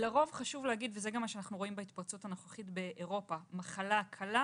לרוב וזה גם מה שאנחנו רואים בהתפרצות הנוכחית באירופה זו מחלה קלה,